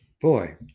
Boy